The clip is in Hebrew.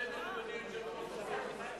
לסדר, אדוני היושב-ראש.